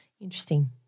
Interesting